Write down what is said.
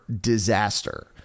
disaster